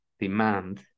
demand